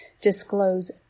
disclose